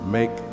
Make